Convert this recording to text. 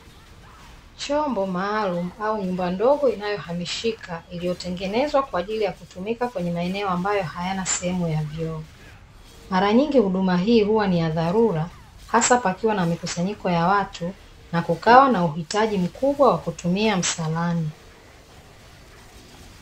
Chombo maalumu au nyumba ndogo inayohamishika iliyotengenezwa kwa ajili ya kutumika kwenye maeneo ambayo hayana sehemu ya vyoo. Mara nyingi huduma hii huwa ni ya dharura, hasa pakiwa na mikusanyiko wa watu na kukawa na uhitaji mkubwa wa kutumia msalani.